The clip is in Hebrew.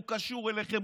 הוא קשור אליכם,